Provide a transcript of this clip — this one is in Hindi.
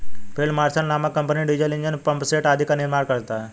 फील्ड मार्शल नामक कम्पनी डीजल ईंजन, पम्पसेट आदि का निर्माण करता है